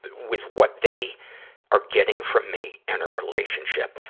but with what they are getting from me in a relationship.